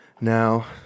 Now